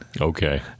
Okay